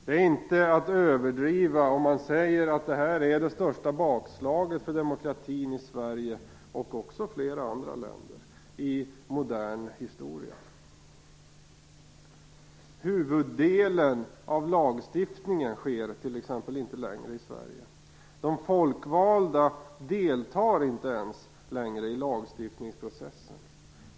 Det är ingen överdrift att säga att detta är det största bakslaget för demokratin i Sverige, och även i flera andra länder, i modern historia. Huvuddelen av lagstiftningen sker t.ex. inte längre i Sverige. De folkvalda deltar inte ens längre i lagstiftningsprocessen.